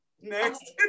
Next